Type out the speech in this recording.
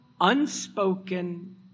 unspoken